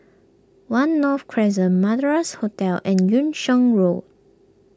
one North Crescent Madras Hotel and Yung Sheng Road